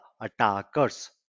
attackers